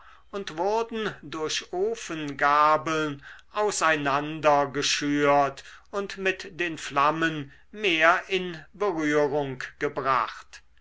und wurden durch ofengabeln aus einander geschürt und mit den flammen mehr in berührung gebracht